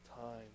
time